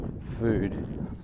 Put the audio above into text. food